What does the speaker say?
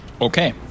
Okay